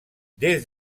des